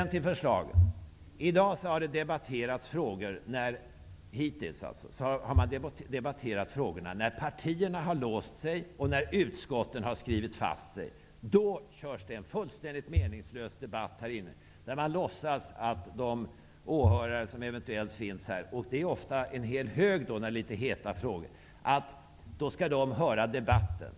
När partierna redan har låst sig och utskotten har skrivit fast sig för man med det nu gällande systemet en helt meningslös debatt i kammaren, då man låtsas att åhörarna som eventuellt finns här -- de kan vara många när det gäller heta frågor -- skall få höra debatten.